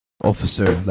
officer